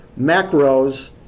macros